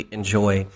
enjoy